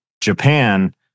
Japan